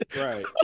Right